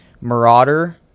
Marauder